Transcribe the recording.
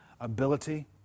ability